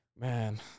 Man